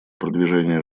продвижения